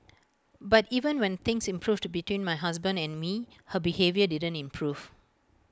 but even when things improved between my husband and me her behaviour didn't improve